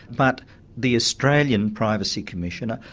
but the australian privacy commissioner,